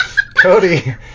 Cody